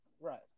Right